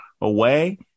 away